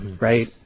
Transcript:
right